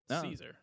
Caesar